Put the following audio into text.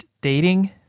dating